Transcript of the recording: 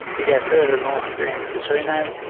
yeah further north there in casino,